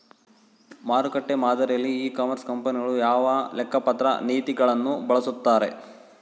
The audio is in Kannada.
ಮಾರುಕಟ್ಟೆ ಮಾದರಿಯಲ್ಲಿ ಇ ಕಾಮರ್ಸ್ ಕಂಪನಿಗಳು ಯಾವ ಲೆಕ್ಕಪತ್ರ ನೇತಿಗಳನ್ನು ಬಳಸುತ್ತಾರೆ?